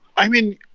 i mean,